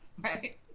right